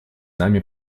нами